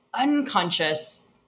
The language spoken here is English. unconscious